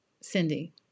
Cindy